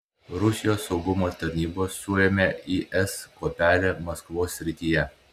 rusijos saugumo tarnybos suėmė is kuopelę maskvos srityje